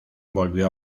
volvió